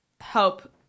help